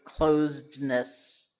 closedness